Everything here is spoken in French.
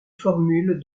formule